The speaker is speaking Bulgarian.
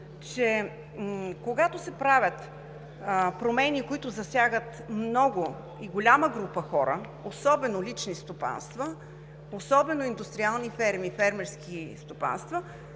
че когато се правят промени, които засягат много и голяма група хора, особено лични стопанства, особено индустриални ферми и фермерски стопанства,